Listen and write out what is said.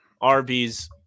Arby's